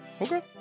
Okay